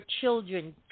children